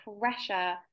pressure